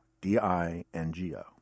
D-I-N-G-O